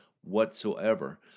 whatsoever